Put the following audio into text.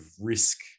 risk